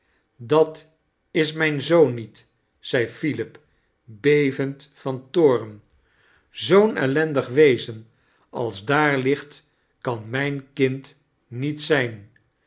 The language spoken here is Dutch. dat is mijn zoon niet zei philip bevend van toorn zoo'n ellendig wezen als daar ligt kan mijn kind niet zijn